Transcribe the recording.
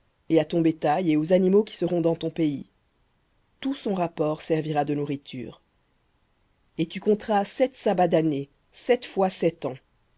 et à ton bétail et aux animaux qui seront dans ton pays tout son rapport servira de nourriture v et tu compteras sept sabbats d'années sept fois sept ans